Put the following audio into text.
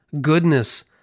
goodness